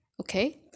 Okay